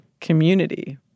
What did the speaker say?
community